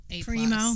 Primo